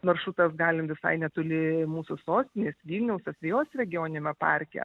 maršrutas galim visai netoli mūsų sostinės vilniaus asvejos regioniniame parke